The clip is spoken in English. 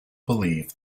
belief